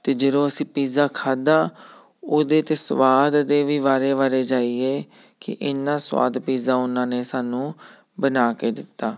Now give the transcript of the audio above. ਅਤੇ ਜਦੋਂ ਅਸੀਂ ਪੀਜ਼ਾ ਖਾਧਾ ਉਹਦੇ ਤਾਂ ਸਵਾਦ ਦੇ ਵੀ ਵਾਰੇ ਵਾਰੇ ਜਾਈਏ ਕਿ ਇੰਨਾ ਸਵਾਦ ਪੀਜ਼ਾ ਉਹਨਾਂ ਨੇ ਸਾਨੂੰ ਬਣਾ ਕੇ ਦਿੱਤਾ